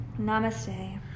Namaste